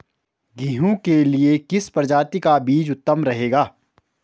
गेहूँ के लिए किस प्रजाति का बीज उत्तम रहेगा?